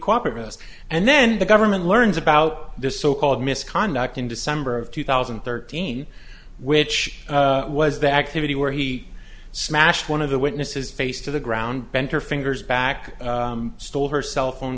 cooperate with us and then the government learns about this so called misconduct in december of two thousand and thirteen which was the activity where he smashed one of the witnesses face to the ground bent her fingers back stole her cell phone